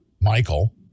Michael